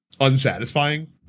unsatisfying